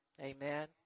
Amen